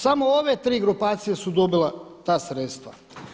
Samo ove tri grupacije su dobile ta sredstva.